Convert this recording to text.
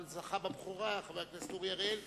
אבל זכה בבכורה חבר הכנסת אורי אריאל,